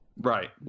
Right